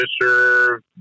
Fisher